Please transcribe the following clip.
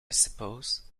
suppose